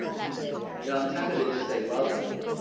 you know i'm tempted to just say love them.